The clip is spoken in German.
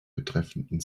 betreffenden